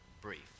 brief